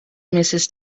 mrs